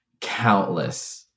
countless